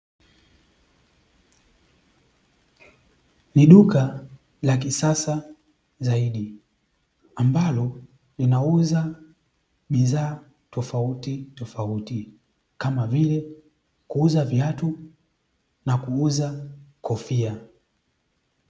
Ni duka la kisasa zaidi ambalo linauza bidhaa tofautitofauti kama vile kuuza viatu na kuuza kofia.